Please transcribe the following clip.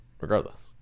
regardless